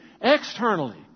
externally